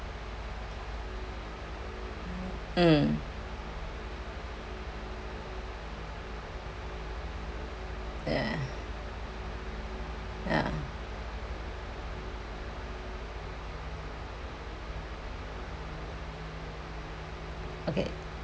mm ya ya okay